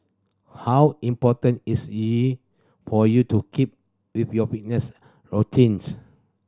how important is it for you to keep with your fitness routines